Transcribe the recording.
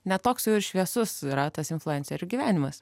ne toks jau ir šviesus yra tas influencerių gyvenimas